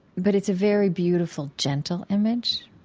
but it's a very beautiful gentle image.